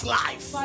life